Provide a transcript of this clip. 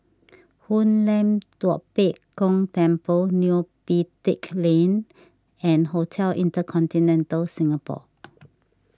Hoon Lam Tua Pek Kong Temple Neo Pee Teck Lane and Hotel Intercontinental Singapore